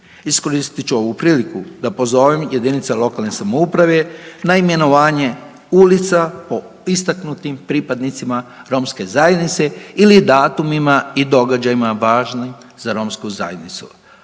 Iskoristit ću ovu priliku da pozovem jedinice lokalne samouprave na imenovanje ulica po istaknutim pripadnicima romske zajednice ili datumima i događajima važnim za romsku zajednicu.